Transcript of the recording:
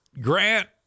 Grant